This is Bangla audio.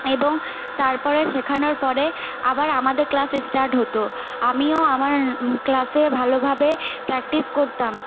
এবং তারপরে শেখানোর পরে আবার আমাদের ক্লাস স্টার্ট হতো আমি ও আমার ক্লাসে ভালোভাবে প্র্যাকটিস করতাম